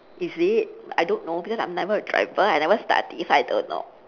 is it I don't know because I'm never a driver I never study so I don't know